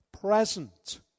present